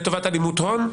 לטובת הלימות הון,